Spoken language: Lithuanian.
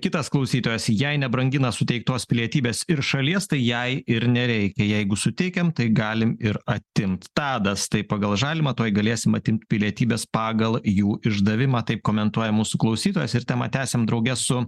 kitas klausytojas jei nebrangina suteiktos pilietybės ir šalies tai jai ir nereikia jeigu suteikiam tai galim ir atimt tadas tai pagal žalimą tuoj galėsim atimt pilietybes pagal jų išdavimą taip komentuoja mūsų klausytojas ir temą tęsiam drauge su